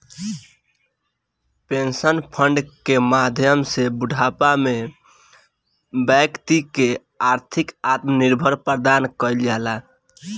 pension fund के माध्यम से बूढ़ापा में बैक्ति के आर्थिक आत्मनिर्भर प्रदान कईल जाला